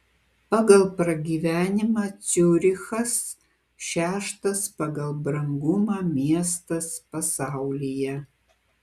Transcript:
pagal pragyvenimą ciurichas šeštas pagal brangumą miestas pasaulyje